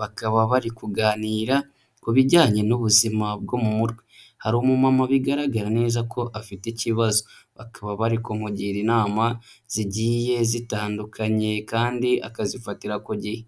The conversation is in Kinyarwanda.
bakaba bari kuganira ku bijyanye n'ubuzima bwo mu mutwe, hari umumama bigaragara neza ko afite ikibazo, bakaba bari kumugira inama zigiye zitandukanye kandi akazifatira ku gihe.